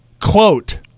Quote